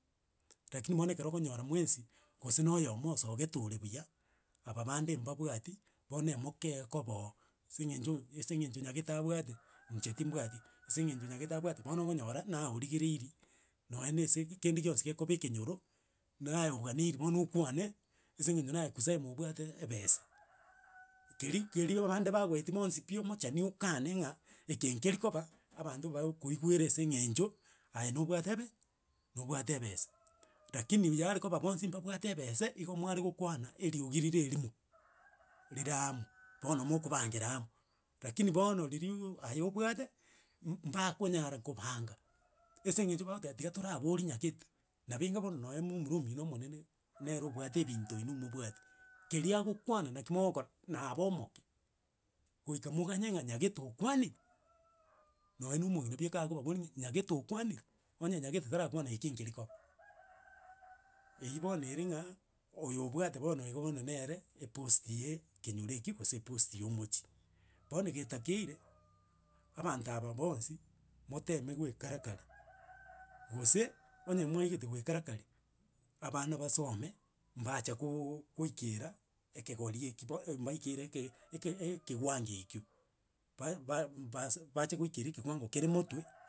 Rakini bono ekero okonyora mwensi, gose na oyomo osogete ore buya, aba bande mbabwati, bono emokea koba oo ase eng'encho ase eng'encho nyagete abwate inche timbwati, ase eng'encho nyagete abwate, bono okonyora, naye origereiria nonya na ase kende gionsi gekoba ekenyoro, naye oganeiri bono okwane ase eng'encho naye kusema obwate ebesa. Keri keri abande bagoeti bonsi pi omochani okane, ng'a eke nkeri koba abanto bagokoigwera ase eng'encho aye nobwate ebe nobwate ebesa rakini yarekoba bonsi mbabwate ebesa, igo mwaregokwana eriogi rire erimo rire amo, bono mokobangera amo. Rakini bono riria uh aye obwate, mbakonyara kobanga ase eng'encho bakoteba tiga toraboria nyagete, nabo enga bono nonye omomura omino omonene nere obwate ebinto inwe mobwati, keri agokwana naki mogokora, naba omokee goika moganye ng'a nyagete okwanire nonye na omong'ina bieka akobaboria ng'a nyagete okwanire, onye nyagete tarakwana ekio nkeri koba. Eywo bono ere ng'a, oyo obwate bono iga bono nere eboost ya ekenyoro ekio gose eboosti ya omochie. Bono getakeire, abanto aba bonsi, moteme goekarakari gose, onye mwaigete goekarakari, abana basome mbacha goikera ekegori eki bo mbaikeire eke eke ekewango ekio, ba- ba- base bache goikera ekewango kere motwe.